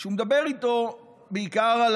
שהוא מדבר איתו בעיקר,